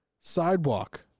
Sidewalk